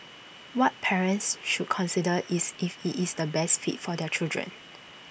what parents should consider is if IT is the best fit for their children